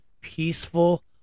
peaceful